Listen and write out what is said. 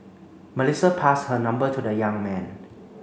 Melissa passed her number to the young man